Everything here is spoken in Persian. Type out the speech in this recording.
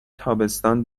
تابستان